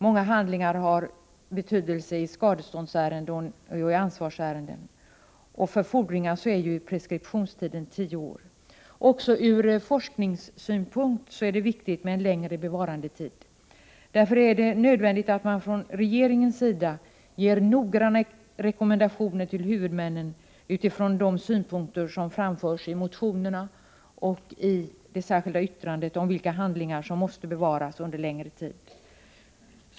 Många handlingar har betydelse i skadeståndsoch ansvarsärenden. För fordringar är preskriptionstiden tio år. Ur forskningssynpunkt är det viktigt med en längre bevarandetid. Därför är det nödvändigt att man från regeringens sida ger noggranna rekommendationer till huvudmännen utifrån de synpunkter som framförs i motionerna och i det särskilda yttrandet om vilka handlingar som måste bevaras under längre tid.